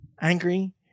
angry